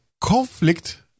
conflict